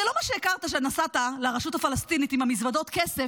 זה לא מה שהכרת כשנסעת לרשות הפלסטינית עם מזוודות הכסף,